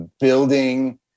building